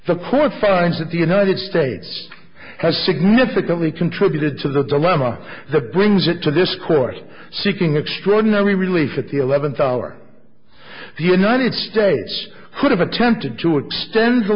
court finds that the united states has significantly contributed to the dilemma the brings it to this court seeking extraordinary relief at the eleventh hour the united states could have attempted to extend the